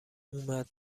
اومد